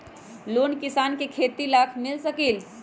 Loan किसान के खेती लाख मिल सकील?